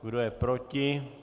Kdo je proti?